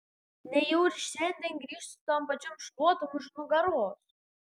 nejau ir šiandien grįš su tom pačiom šluotom už nugaros